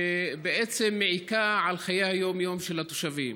שבעצם מעיקה על חיי היום-יום של התושבים.